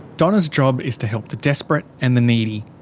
donna's job is to help the desperate and the needy.